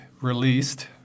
released